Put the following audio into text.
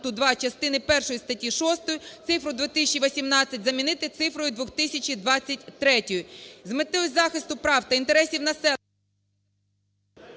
Дякую.